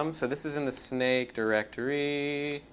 um so this is in the snake directory.